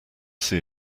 see